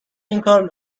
اینکار